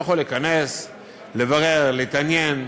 הוא יכול להיכנס, לברר, להתעניין,